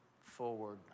forward